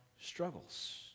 struggles